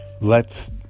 lets